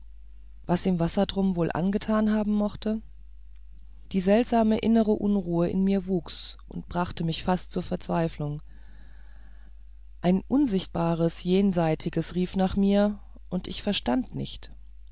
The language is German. was ihm wassertrum wohl angetan haben mochte die seltsame innere unruhe in mir wuchs und brachte mich fast zur verzweiflung ein unsichtbares jenseitiges rief nach mir und ich verstand nicht